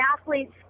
athletes